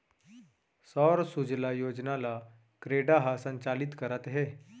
सौर सूजला योजना ल क्रेडा ह संचालित करत हे